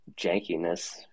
jankiness